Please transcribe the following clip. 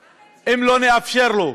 חמד, אם לא נאפשר לו,